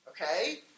Okay